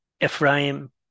Ephraim